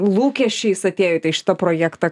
lūkesčiais atėjote į šitą projektą